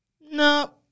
no